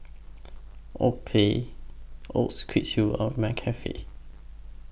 Oakley Quiksilver and McCafe